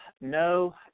no